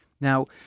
Now